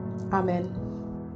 Amen